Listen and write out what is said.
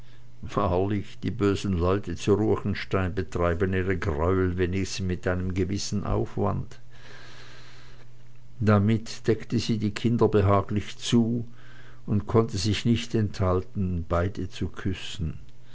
wahrlich die bösen leute zu ruechenstein betreiben ihre greuel wenigstens mit einem gewissen aufwand damit deckte sie die kinder behaglich zu und konnte sich nicht enthalten beide zu küssen